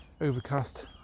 overcast